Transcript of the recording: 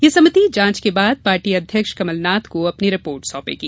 ये समिति जांच के बाद पार्टी अध्यक्ष कमलनाथ को अपनी रिपोर्ट सौंपेगी